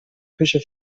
küche